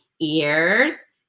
ears